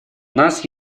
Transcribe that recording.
нас